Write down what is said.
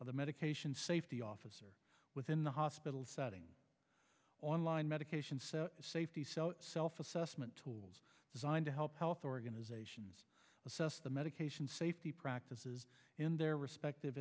of the medication safety officer within the hospital setting online medications safety self assessment tools designed to help health organizations assess the medication safety practices in their respective